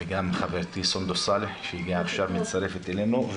וגם חברתי סונדוס סאלח שהיא עכשיו מצטרפת אלינו,